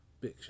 Big